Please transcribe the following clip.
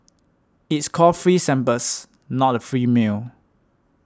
it's called free samples not a free meal